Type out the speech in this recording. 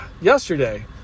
yesterday